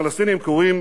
הפלסטינים קוראים